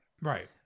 right